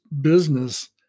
business